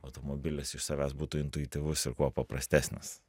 automobilis iš savęs būtų intuityvus ir kuo paprastesnis